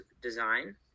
design